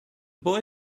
boy